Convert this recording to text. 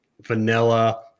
vanilla